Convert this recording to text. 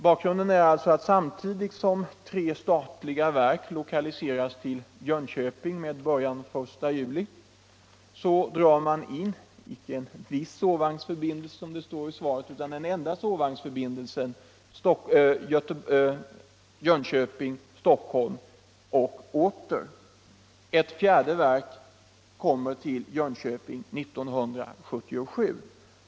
Bakgrunden är att samtidigt som tre statliga verk startar sin verksamhet i Jönköping, den 1 juli, drar SJ in — icke ”en viss sovvagnsförbindelse” som det står i svaret, utan den enda sovvagnsförbindelsen Jönköping Stockholm och åter. Ett fjärde statligt verk kommer dessutom till Jönköping 1977.